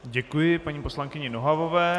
Děkuji paní poslankyni Nohavové.